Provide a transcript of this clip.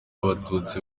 abatutsi